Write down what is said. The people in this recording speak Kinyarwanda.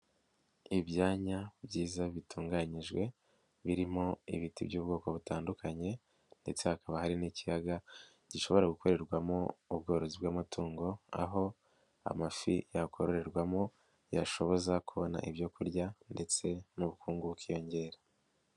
Ibyanya byiza bitunganyijwe birimo ibiti by'ubwoko butandukanye ndetse hakaba hari n'ikiyaga gishobora gukorerwamo ubworozi bw'amatungo, aho amafi yakororwamo yashoboza kubona ibyo kurya ndetse n'ubukungu bukiyongera.